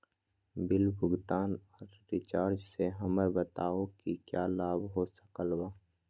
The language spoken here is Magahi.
बिल भुगतान और रिचार्ज से हमरा बताओ कि क्या लाभ हो सकल बा?